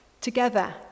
Together